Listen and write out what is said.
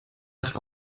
nach